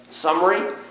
Summary